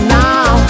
now